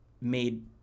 made